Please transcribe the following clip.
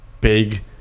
big